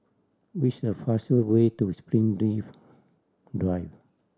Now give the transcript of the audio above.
which is the faster way to Springleaf Drive